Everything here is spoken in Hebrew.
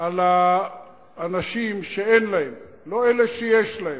על האנשים שאין להם, לא אלה שיש להם?